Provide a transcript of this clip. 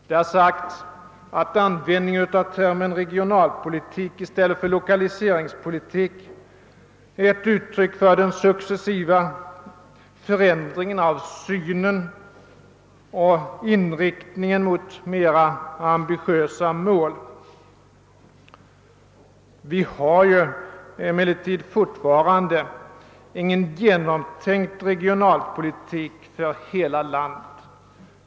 Det har sagts att användningen av termen regionalpolitik i stället för lokaliseringspolitik är ett uttryck för en successiv förändring av grund synen och en inriktning mot mera ambitiösa mål. Vi har emellertid inte heller i dag någon genomtänkt regionalpolitik för hela landet.